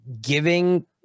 giving